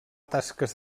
tasques